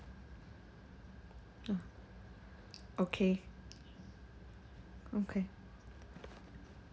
oh okay okay